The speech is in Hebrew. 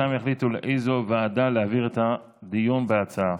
ושם יחליטו לאיזו ועדה להעביר את הדיון בהצעה.